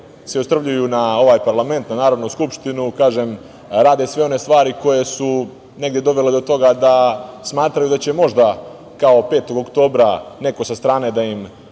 se ostrvljuju na ovaj parlament, na Narodnu skupštinu. Kažem, rade sve one stvari koje su negde dovele do toga da smatraju da će možda kao 5. oktobra neko sa strane da im